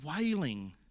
wailing